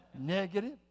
Negative